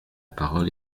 parole